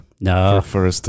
No